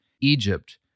Egypt